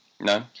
No